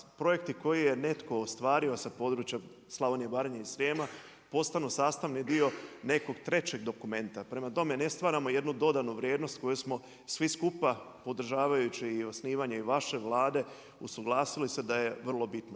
projekti koje je netko ostvario sa područja Slavonije, Baranje i Srijema, postanu sastavni dio nekog trećeg dokumenta, prema tome ne stvaramo jednu dodanu vrijednost koju smo svi skupa podržavajući i osnivanje vaše Vlade usuglasili se da je vrlo bitno.